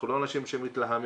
אנחנו לא אנשים שמתלהמים,